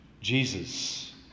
Jesus